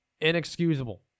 inexcusable